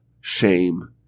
shame